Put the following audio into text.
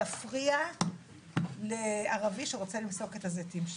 יפריע לערבי שרוצה למסוק את הזיתים שלו.